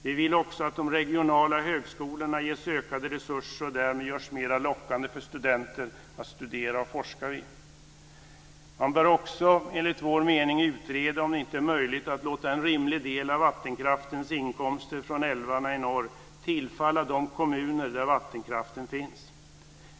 Vi vill också att de regionala högskolorna ges ökade resurser och därmed görs mera lockande för studenter att studera och forska vid. Man bör också enligt vår mening utreda om det inte är möjligt att låta en rimlig del av vattenkraftens inkomster från älvarna i norr tillfalla de kommuner där vattenkraften finns.